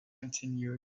continued